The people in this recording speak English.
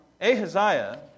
Ahaziah